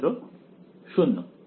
ছাত্র 0